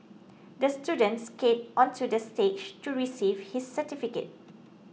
the student skated onto the stage to receive his certificate